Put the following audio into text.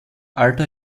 alter